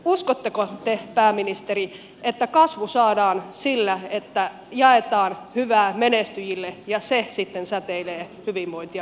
uskotteko te pääministeri että kasvu saadaan sillä että jaetaan hyvää menestyjille ja se sitten säteilee hyvinvointia muillekin